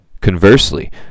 Conversely